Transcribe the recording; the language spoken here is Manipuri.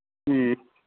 ꯎꯝ